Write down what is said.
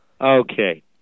Okay